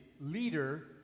leader